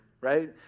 right